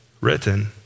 Written